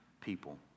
people